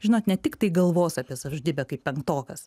žinot ne tiktai galvos apie savižudybę kaip penktokas